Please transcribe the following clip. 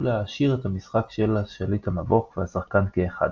להעשיר את המשחק של השה"מ והשחקן כאחד.